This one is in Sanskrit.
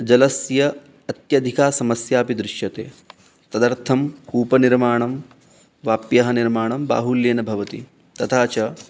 जलस्य अत्यधिका समस्यापि दृश्यते तदर्थं कूपनिर्माणं वाप्यः निर्माणं बाहुल्येन भवति तथा च